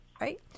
right